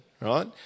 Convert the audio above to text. right